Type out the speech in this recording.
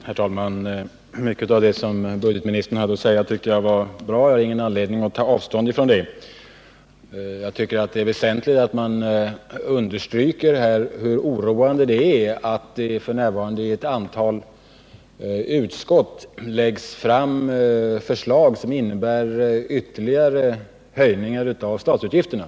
Herr talman! Mycket av det som budgetministern hade att säga tycker jag var bra, och jag har ingen anledning att ta avstånd från det. Jag tycker att det är väsentligt att man här understryker hur oroande det är att det f. n. i ett antal utskott läggs fram förslag som innebär ytterligare höjningar av statsutgifterna.